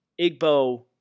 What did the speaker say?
Igbo